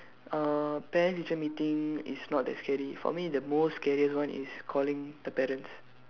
uh parents teacher meeting is not that scary for me the most scariest one is calling the parents